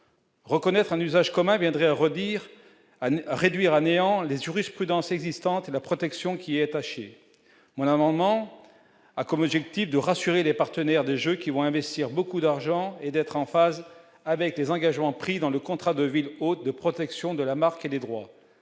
reconnaître un usage commun viendrait à redire Anne réduire à néant les Zürich prudence existantes et la protection qui est mon amendement a comme effectif de rassurer les partenaires des gens qui vont investir beaucoup d'argent et d'être en phase avec les engagements pris dans le contrat de ville hôte de protection de la marque des droits